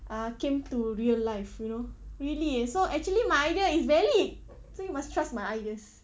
uh came to real life you know really eh so actually my idea is valid so you must trust my ideas